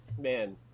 man